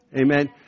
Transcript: Amen